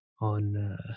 on